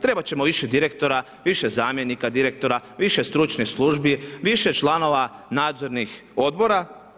Trebat ćemo više direktora, više zamjenika direktora, više stručnih službi, više članova nadzornih odbora.